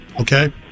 Okay